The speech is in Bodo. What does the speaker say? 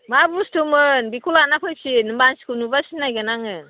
मा बुस्तुमोन बेखौ लाना फैफिन मानसिखौ नुबा सिनायगोन आङो